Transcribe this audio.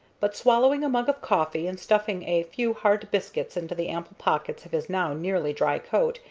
but, swallowing a mug of coffee and stuffing a few hard biscuit into the ample pockets of his now nearly dry coat,